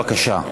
בבקשה?